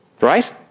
right